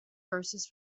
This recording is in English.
verses